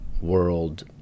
world